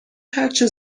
هرچه